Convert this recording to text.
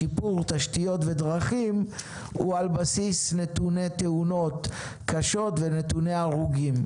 לשיפור תשתיות ודרכים הוא על בסיס נתוני תאונות קשות ונתוני הרוגים,